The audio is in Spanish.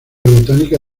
botánica